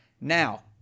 Now